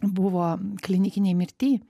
buvo klinikinėj mirty